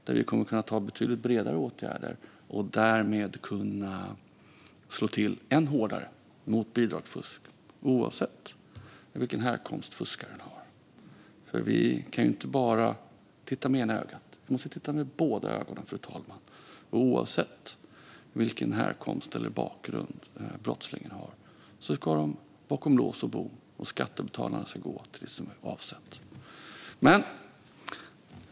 Där kommer vi att kunna besluta om betydligt bredare åtgärder och därmed kunna slå till än hårdare mot bidragsfusk oavsett vilken härkomst fuskaren har. Vi kan inte bara titta med ena ögat. Vi måste titta med båda ögonen, fru talman. Oavsett vilken härkomst eller bakgrund som brottslingarna har ska de bakom lås och bom, och skattebetalarnas pengar ska gå till det som var avsett. Fru talman!